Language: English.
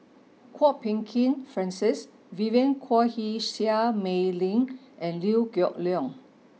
Kwok Peng Kin Francis Vivien Quahe Seah Mei Lin and Liew Geok Leong